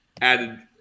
added